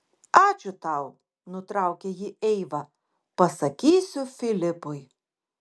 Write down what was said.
ačiū tau nutraukė jį eiva pasakysiu filipui